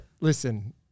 Listen